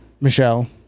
Michelle